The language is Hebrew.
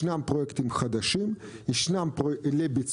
יש פרויקטים חדשים לביצוע,